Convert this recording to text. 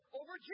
over